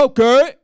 Okay